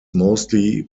mostly